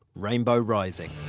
rainbow rising.